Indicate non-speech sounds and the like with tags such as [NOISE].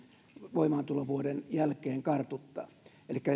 voimaantulovuoden jälkeen kartuttaa elikkä [UNINTELLIGIBLE]